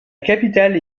capitale